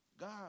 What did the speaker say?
God